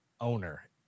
owner